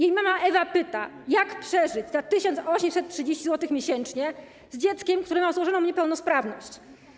Jej mama Ewa pyta: Jak przeżyć za 1830 zł miesięcznie z dzieckiem, które ma złożoną niepełnosprawność?